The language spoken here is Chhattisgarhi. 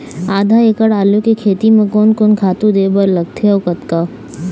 आधा एकड़ आलू के खेती म कोन कोन खातू दे बर लगथे अऊ कतका?